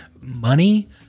money